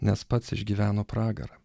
nes pats išgyveno pragarą